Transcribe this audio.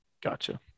Gotcha